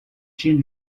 chin